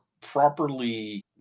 properly